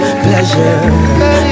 pleasure